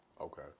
Okay